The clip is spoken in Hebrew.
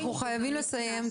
אנחנו חייבים לסיים.